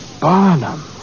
Barnum